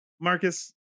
Marcus